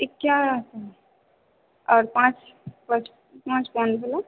एक क्या आता है और पाँच पच पाँच कोन वाला